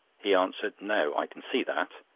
he answered no, i can see that,